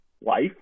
life